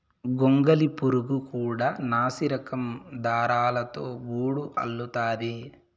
గొంగళి పురుగు కూడా నాసిరకం దారాలతో గూడు అల్లుతాది